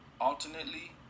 alternately